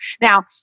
Now